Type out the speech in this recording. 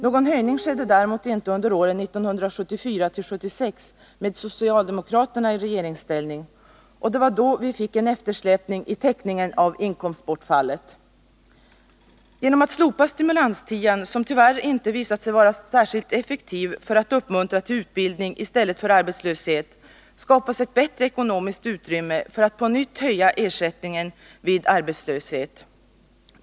Någon höjning skedde däremot inte under åren 1974-1976 med socialdemokraterna i regeringsställning, och det var då vi fick en eftersläpning i täckningen av inkomstbortfallet. Genom att slopa stimulans-tian, som tyvärr inte visat sig vara särskilt effektiv för att uppmuntra till utbildning i stället för arbetslöshet, skapar man ett bättre ekonomiskt utrymme för att på nytt höja ersättningen vid arbetslöshet.